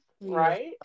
Right